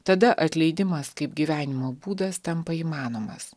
tada atleidimas kaip gyvenimo būdas tampa įmanomas